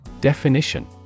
Definition